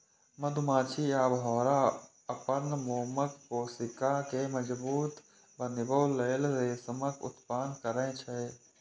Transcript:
मधुमाछी आ भौंरा अपन मोमक कोशिका कें मजबूत बनबै लेल रेशमक उत्पादन करै छै